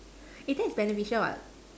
eh that's beneficial what